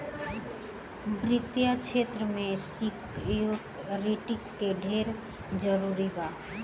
वित्तीय क्षेत्र में सिक्योरिटी के ढेरे जरूरी बा